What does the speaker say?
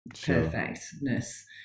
perfectness